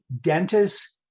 dentist-